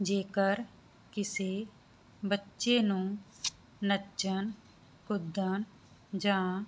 ਜੇਕਰ ਕਿਸੇ ਬੱਚੇ ਨੂੰ ਨੱਚਨ ਕੁੱਦਨ ਜਾਂ